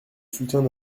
soutiens